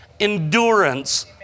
endurance